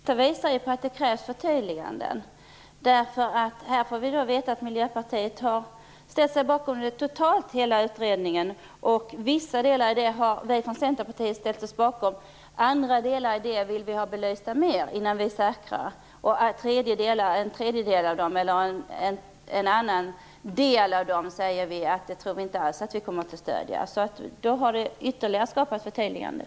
Herr talman! Detta visar att det krävs förtydliganden. Här får vi veta att Miljöpartiet har ställt sig bakom hela utredningen. Vi i Centerpartiet har ställt oss bakom vissa delar av utredningen. Andra delar i utredningen vill vi ha ytterligare belysta innan vi är säkra på vad vi anser. Det finns dessutom delar i utredningen som vi tror att vi inte alls kommer att stödja. Därmed har det skapats ytterligare förtydliganden.